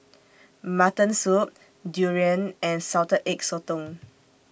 Mutton Soup Durian and Salted Egg Sotong